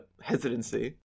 hesitancy